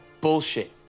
bullshit